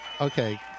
Okay